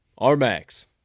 R-Max